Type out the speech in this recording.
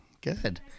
Good